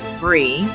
free